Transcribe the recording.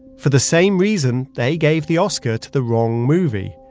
for the same reason, they gave the oscar to the wrong movie.